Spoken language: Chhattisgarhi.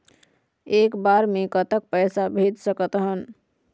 एक बार मे कतक पैसा भेज सकत हन?